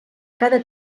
cada